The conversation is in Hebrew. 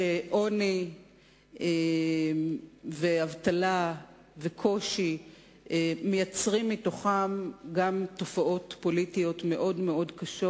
הוא שעוני ואבטלה וקושי מייצרים גם תופעות פוליטיות מאוד מאוד קשות.